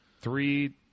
three